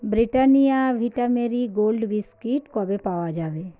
Britannia Vita Marie Gold biscuit কবে পাওয়া যাবে